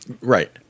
Right